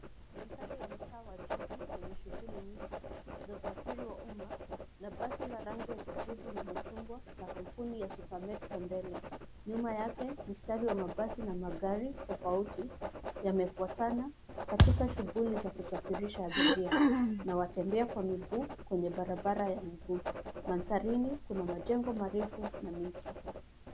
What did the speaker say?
Mandhari ya mtaa wa jiji yenye shughuli nyingi za usafiri wa umma na basi la rangi ya kijivu na machungwa la kampuni ya Super Metro mbele. Nyuma yake mstari wa mabasi na magari tofauti yamefuatana katika shughuli za kusafirisha abiria na watembea kwa miguu kwenye barabara ya miguu. Mandharini kuna majengo marefu na miti.